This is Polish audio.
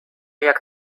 jak